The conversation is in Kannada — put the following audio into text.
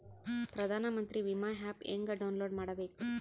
ಪ್ರಧಾನಮಂತ್ರಿ ವಿಮಾ ಆ್ಯಪ್ ಹೆಂಗ ಡೌನ್ಲೋಡ್ ಮಾಡಬೇಕು?